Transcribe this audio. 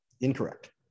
Incorrect